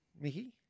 Mickey